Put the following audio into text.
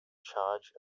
charge